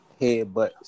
headbutts